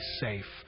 safe